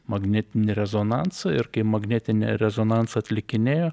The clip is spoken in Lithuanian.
magnetinį rezonansą ir kai magnetinį rezonansą atlikinėjo